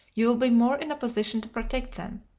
you will be more in a position to protect them.